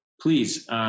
please